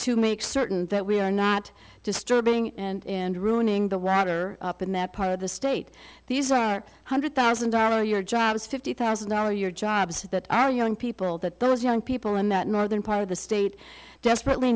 to make certain that we are not disturbing and ruining the router up in that part of the state these are one hundred thousand dollar your job is fifty thousand are your jobs that our young people that those young people in that northern part of the state desperately